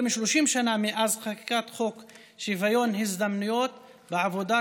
מ-30 שנה מאז חקיקת חוק שוויון הזדמנויות בעבודה,